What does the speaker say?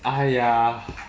!aiya!